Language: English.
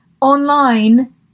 online